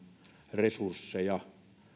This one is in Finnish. resursseja